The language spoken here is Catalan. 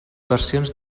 versions